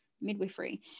midwifery